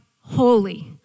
holy